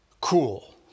Cool